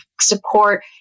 support